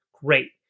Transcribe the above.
great